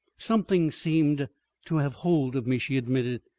something seemed to have hold of me, she admitted.